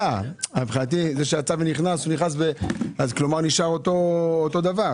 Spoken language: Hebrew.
מבחינתי זה שיצא ונכנס אז נשאר אותו דבר.